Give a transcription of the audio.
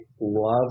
love